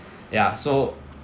ya so